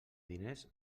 diners